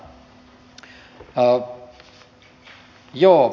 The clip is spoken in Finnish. edustaja mattilalle